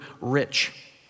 rich